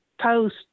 post